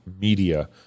media